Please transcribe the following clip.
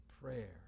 prayer